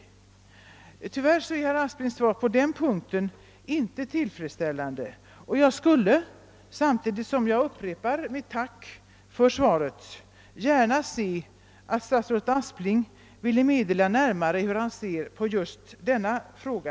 Tyvärr är herr Asplings svar på denna punkt inte tillfredsställande, och jag vill -— samtidigt som jag upprepar mitt tack för svaret — be statsrådet att närmare redogöra för hur han ser på denna fråga.